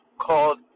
called